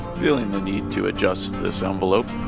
feeling the need to adjust this envelope